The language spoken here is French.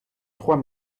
trois